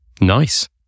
Nice